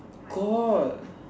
got